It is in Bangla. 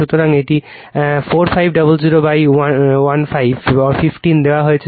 সুতরাং এটি 450015 দেওয়া হয়েছে